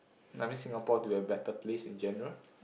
I mean Singapore to a better place in general